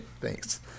thanks